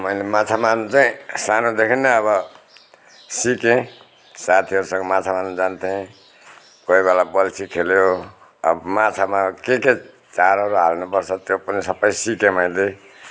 मैले माछा मार्नु चाहिँ सानोदेखि नै अब सिकेँ साथीहरूसँग माछा मार्नु जान्थेँ कोही बेला बल्छी खेल्यो अब माछा मार्दा के के चारोहरू हाल्नु पर्छ त्यो पनि सबै सिकेँ मैले